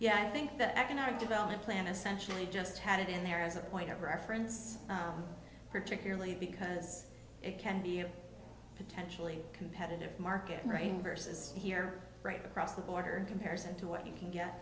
yeah i think the economic development plan essentially just had it in there as a point of reference particularly because it can be potentially competitive market right versus here right across the border comparison to what you can get